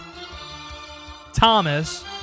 Thomas